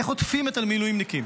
איך עוטפים את המילואימניקים.